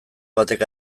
batek